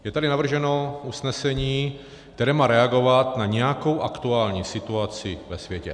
Je tady navrženo usnesení, které má reagovat na nějakou aktuální situaci ve světě.